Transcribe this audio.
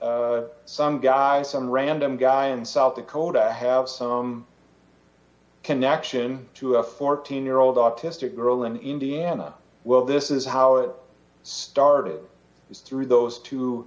a some guy some random guy in south dakota have some connection to a fourteen year old autistic girl in indiana well this is how it started is through those two